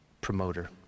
promoter